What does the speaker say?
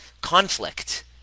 conflict